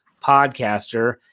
podcaster